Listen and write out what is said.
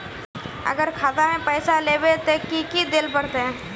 अगर खाता में पैसा लेबे ते की की देल पड़ते?